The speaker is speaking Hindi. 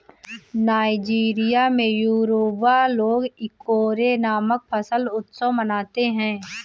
नाइजीरिया में योरूबा लोग इकोरे नामक फसल उत्सव मनाते हैं